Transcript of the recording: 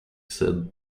said